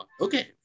Okay